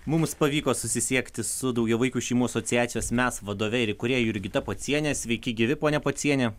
mums pavyko susisiekti su daugiavaikių šeimų asociacijos mes vadove ir įkūrėja jurgita pociene sveiki gyvi ponia pociene